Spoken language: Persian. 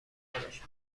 دنبالش